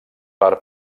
per